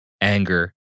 anger